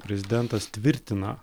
prezidentas tvirtina